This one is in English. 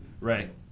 right